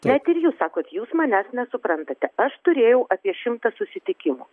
net ir jūs sakote jūs manęs nesuprantate aš turėjau apie šimtą susitikimų